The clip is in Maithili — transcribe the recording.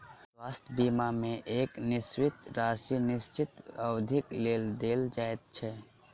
स्वास्थ्य बीमा मे एक निश्चित राशि निश्चित अवधिक लेल देल जाइत छै